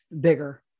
bigger